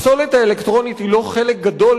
הפסולת האלקטרונית היא לא חלק גדול